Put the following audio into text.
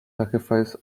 sacrifice